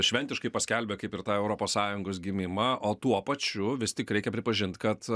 šventiškai paskelbė kaip ir tą europos sąjungos gimimą o tuo pačiu vis tik reikia pripažint kad